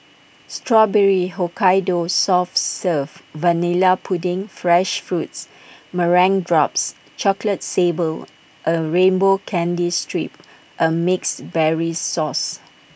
Strawberry Hokkaido soft serve Vanilla pudding fresh fruits meringue drops chocolate sable A rainbow candy strip and mixed berries sauce